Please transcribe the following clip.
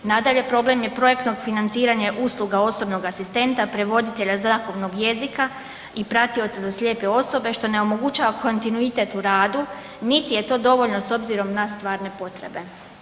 Nadalje, problem je projektnog financiranja usluga osobnog asistenta, prevoditelja znakovnog jezika i pratioca za slijepe osobe što ne omogućava kontinuitet u radu niti je to dovoljno s obzirom na stvarne potrebe.